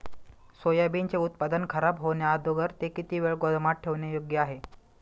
सोयाबीनचे उत्पादन खराब होण्याअगोदर ते किती वेळ गोदामात ठेवणे योग्य आहे?